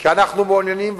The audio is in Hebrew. כי אנחנו מעוניינים,